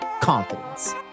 confidence